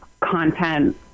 content